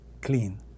clean